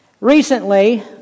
Recently